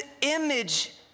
image